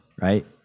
right